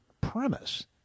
premise